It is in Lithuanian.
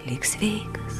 lik sveikas